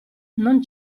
non